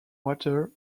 water